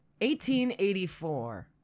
1884